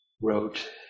wrote